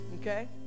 okay